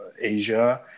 Asia